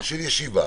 של ישיבה